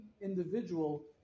individual